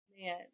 man